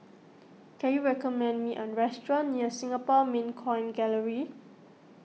can you recommend me a restaurant near Singapore Mint Coin Gallery